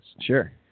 Sure